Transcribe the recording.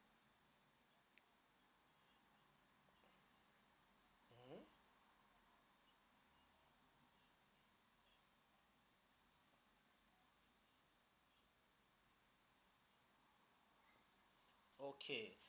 mmhmm okay